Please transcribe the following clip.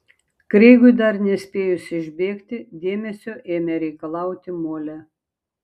kreigui dar nespėjus išbėgti dėmesio ėmė reikalauti molė